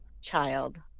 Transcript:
child